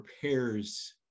prepares